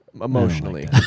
Emotionally